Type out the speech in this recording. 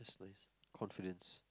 that's nice confidence